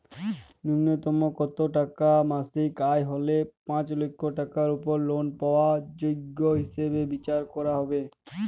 ন্যুনতম কত টাকা মাসিক আয় হলে পাঁচ লক্ষ টাকার উপর লোন পাওয়ার যোগ্য হিসেবে বিচার করা হবে?